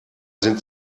sind